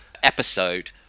Episode